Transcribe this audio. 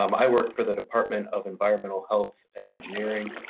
um i work for the department of environmental health and engineering,